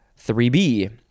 3B